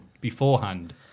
beforehand